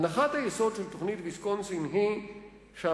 הנחת היסוד של תוכנית ויסקונסין היא שהמובטלים